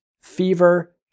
fever